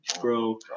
bro